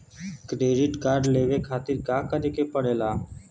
Credit card लेवे खातिर का करे के पड़ेला?